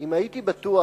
אם הייתי בטוח